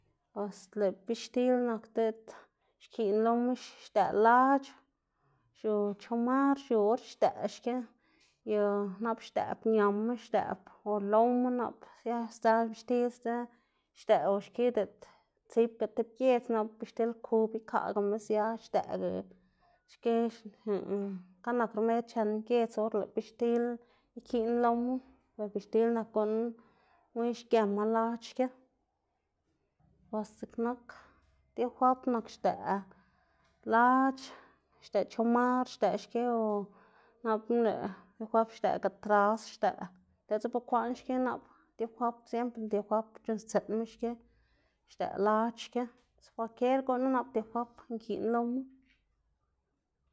Bos lëꞌ bixtil nak diꞌt xkiꞌn loma xdëꞌ lac̲h̲, xiu chamar xiu or xdëꞌ xki yu nap xdëꞌb ñama xdëꞌb o loma nap sia sdzëꞌ bixtil sdzë xdëꞌ o xki diꞌt tsibga tib gëdz nap bixtil kub ikaꞌgama sia xdëꞌga xki xka nak rmed chen gëdz or lëꞌ bixtil ikiꞌn loma, ber bixtil nak guꞌn guꞌn xgema lac̲h̲ xki, bos dziꞌk nak diafab nak xdëꞌ lac̲h̲ xdëꞌ chomar xdëꞌ xki o napna lëꞌ diafab xdëꞌga trasd xdëꞌ diꞌltsa bekwaꞌn xki nap diafab siempre diafab c̲h̲uꞌnnstsiꞌnma xki xdëꞌ lac̲h̲ xki, kwalkier guꞌnu nap diafab nkiꞌn loma.